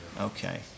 Okay